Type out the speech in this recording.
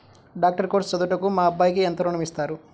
Doctor course చదువుటకు మా అబ్బాయికి ఎంత ఋణం ఇస్తారు?